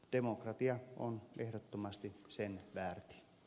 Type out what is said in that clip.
demokratia on ehdottomasti sen väärti